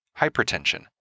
hypertension